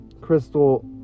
Crystal